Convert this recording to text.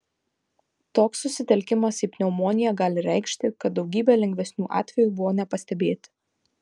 toks susitelkimas į pneumoniją gali reikšti kad daugybė lengvesnių atvejų buvo nepastebėti